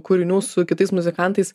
kūrinių su kitais muzikantais